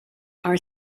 are